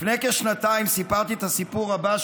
לפני כשנתיים סיפרתי את הסיפור הבא,